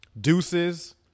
deuces